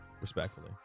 Respectfully